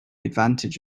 advantage